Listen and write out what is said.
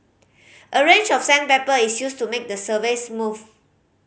a range of sandpaper is used to make the surface smooth